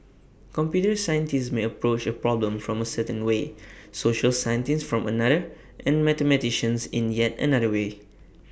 computer scientists may approach A problem from A certain way social scientists from another and mathematicians in yet another way